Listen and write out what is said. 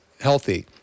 healthy